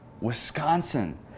Wisconsin